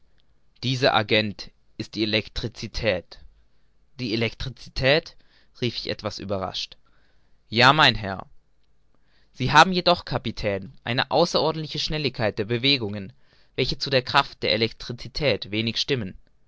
dieser agent ist die elektricität die elektricität rief ich etwas überrascht ja mein herr sie haben jedoch kapitän eine außerordentliche schnelligkeit der bewegungen welche zu der kraft der elektricität wenig stimmen